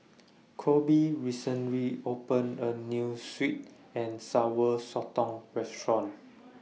Koby recently opened A New Sweet and Sour Sotong Restaurant